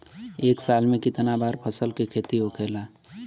एक साल में कितना बार फसल के खेती होखेला?